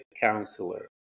counselor